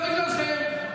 לא בגללכם,